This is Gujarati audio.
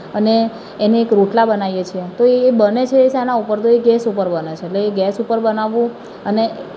અને એને એક રોટલા બનાવીએ છીએ તો એ બને છે એ શેના ઉપર બને છે તો એ ગૅસ ઉપર બને છે એટલે એ ગૅસ ઉપર બનાવવું